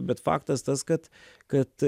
bet faktas tas kad kad